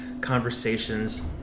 conversations